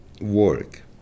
work